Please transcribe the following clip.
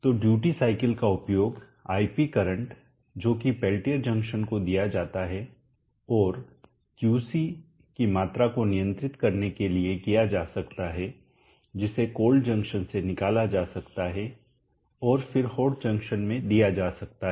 तो duty cycle का उपयोग आईपी करंट जो कि पेल्टियर जंक्शन को दीया जाता है और क्यूसी की मात्रा को नियंत्रित करने के लिए किया जा सकता है जिसे कोल्ड जंक्शन से निकाला जा सकता है और फिर हॉट जंक्शन में दीया जा सकता है